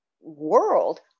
world